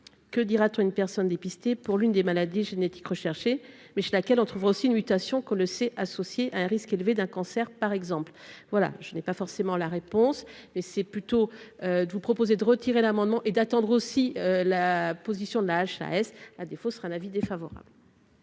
que dira-t-on une personne dépistée pour l'une des maladies génétiques rechercher mais ch'laquelle on trouvera aussi une mutation que le associé à un risque élevé d'un cancer par exemple, voilà, je n'ai pas forcément la réponse et c'est plutôt vous proposer de retirer l'amendement et d'attendre aussi la position de la HAS à défaut sera un avis défavorable.